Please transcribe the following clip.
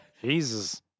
Jesus